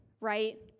right